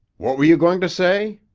what were you going to say?